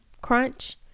crunch